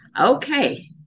Okay